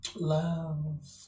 love